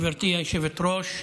גברתי היושבת-ראש,